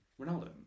Ronaldo